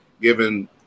given